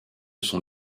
son